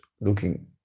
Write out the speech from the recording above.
looking